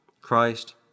Christ